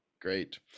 Great